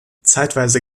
zeitweise